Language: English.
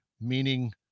meaning